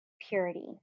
purity